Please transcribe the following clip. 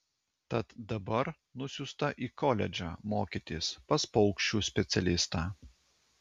tad dabar nusiųsta į koledžą mokytis pas paukščių specialistą